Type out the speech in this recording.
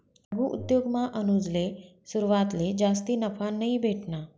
लघु उद्योगमा अनुजले सुरवातले जास्ती नफा नयी भेटना